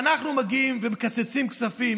אנחנו מקצצים כספים,